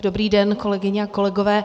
Dobrý den, kolegyně a kolegové.